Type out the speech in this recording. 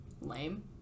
Lame